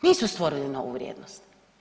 Nisu stvorili novu vrijednost.